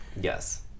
Yes